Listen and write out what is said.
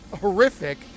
horrific